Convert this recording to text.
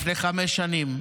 לפני חמש שנים,